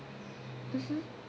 mmhmm